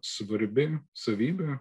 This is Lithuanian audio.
svarbi savybė